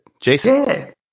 Jason